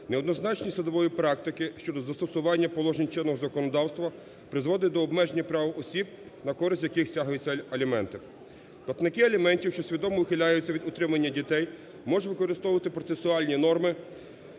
неоднозначність судової практики щодо застосування положень чинного законодавства призводить до обмеження прав осіб, на користь яких стягуються аліменти. Платники аліментів, що свідомо ухиляються від утримання дітей, можуть використовувати процесуальні норми